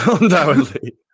Undoubtedly